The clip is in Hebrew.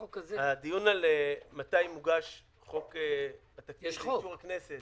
הדיון מתי מוגש חוק התקציב לאישור הכנסת